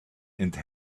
and